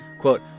Quote